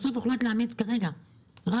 בסוף הוחלט להעמיד כרגע שניים,